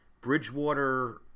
Bridgewater